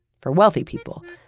for wealthy people.